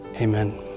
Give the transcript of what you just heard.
Amen